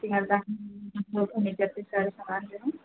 सिंगारदान furniture का सारा सामान लेना